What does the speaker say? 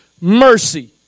mercy